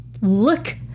Look